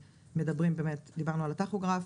דיברנו על הטכוגרף,